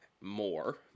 more